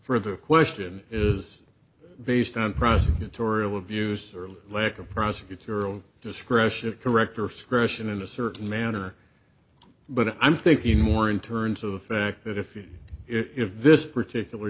for the question is based on prosecutorial abuse or lack of prosecutorial discretion of corrector scratching in a certain manner but i'm thinking more in terms of the fact that if you if this particular